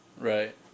Right